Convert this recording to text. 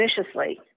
viciously